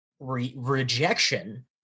rejection